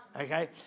okay